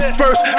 first